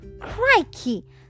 crikey